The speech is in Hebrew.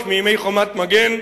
מימי "חומת מגן".